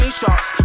shots